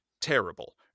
terrible